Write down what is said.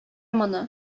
моны